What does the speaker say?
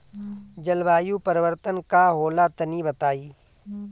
जलवायु परिवर्तन का होला तनी बताई?